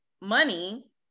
money